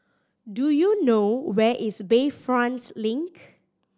do you know where is Bayfront Link